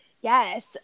Yes